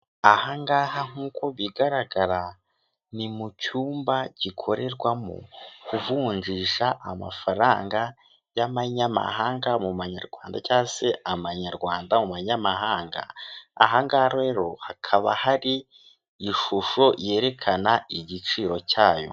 Aha ngaha nk'uko bigaragara ni mu cyumba gikorerwamo kuvunjisha amafaranga y'amanyamahanga mu manyarwanda cyangwa se amanyarwanda mu manyamahanga. Aha ngaha rero, hakaba hari ishusho yerekana igiciro cyayo.